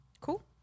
cool